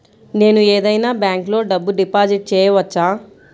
నేను ఏదైనా బ్యాంక్లో డబ్బు డిపాజిట్ చేయవచ్చా?